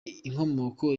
inkomoko